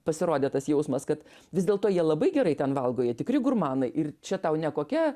pasirodė tas jausmas kad vis dėlto jie labai gerai ten valgo jie tikri gurmanai ir čia tau ne kokia